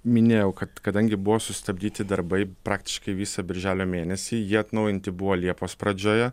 minėjau kad kadangi buvo sustabdyti darbai praktiškai visą birželio mėnesį jie atnaujinti buvo liepos pradžioje